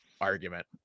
argument